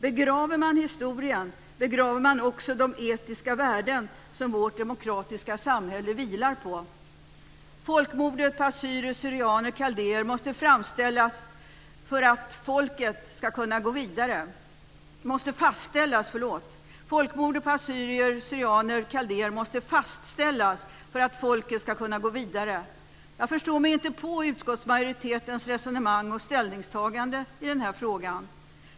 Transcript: Begraver man historien, begraver man också de etiska värden som vårt demokratiska samhälle vilar på. Folkmordet på assyrier/syrianer och kaldéer måste fastställas för att folket ska kunna gå vidare. Jag förstår mig inte på utskottsmajoritetens resonemang och ställningstagande i denna fråga.